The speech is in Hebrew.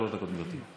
שלוש דקות, גברתי.